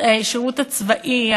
השירות הצבאי,